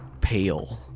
pale